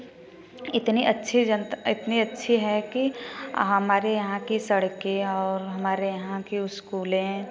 इतने अच्छे जनता इतनी अच्छी है कि हमारे यहाँ की सड़कें और हमारे यहाँ की स्कूलें